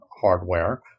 hardware